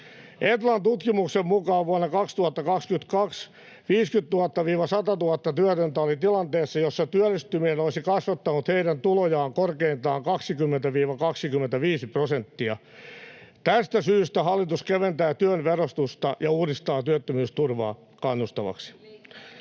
Etlan tutkimuksen mukaan 50 000—100 000 työtöntä oli vuonna 2022 tilanteessa, jossa työllistyminen olisi kasvattanut heidän tulojaan korkeintaan 20—25 prosenttia. Tästä syystä hallitus keventää työn verotusta ja uudistaa työttömyysturvaa kannustavaksi.